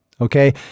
Okay